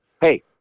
hey